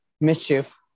mischief